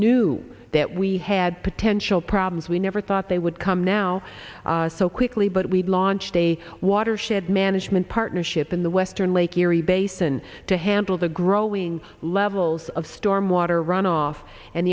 knew that we had potential problems we never thought they would come now so quickly but we launched a watershed management partnership in the western lake erie basin to handle the growing levels of storm water runoff and